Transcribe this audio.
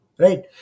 Right